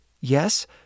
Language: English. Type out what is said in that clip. Yes